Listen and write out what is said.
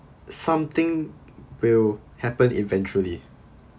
something will happen eventually